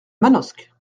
manosque